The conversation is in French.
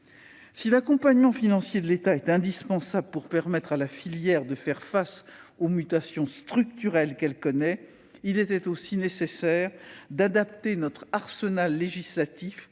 Si l'accompagnement financier de l'État est indispensable pour permettre à la filière de faire face aux mutations structurelles qu'elle connaît, il était aussi nécessaire d'adapter notre arsenal législatif.